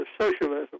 socialism